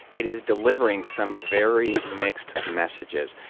it is delivering some very mixed messages.